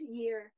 year